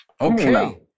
Okay